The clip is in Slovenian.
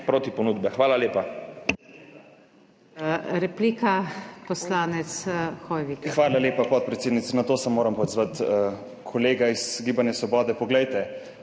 proti ponudbe. Hvala lepa.